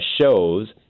shows